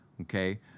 okay